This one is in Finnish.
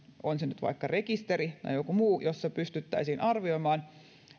vaikka nyt rekisteri tai joku muu jossa pystyttäisiin arvioimaan